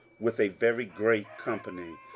with a very great company,